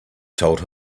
told